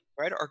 Right